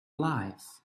life